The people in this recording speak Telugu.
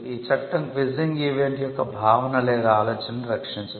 ఈ చట్టం క్విజింగ్ ఈవెంట్ యొక్క భావన లేదా ఆలోచనను రక్షించదు